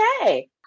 Okay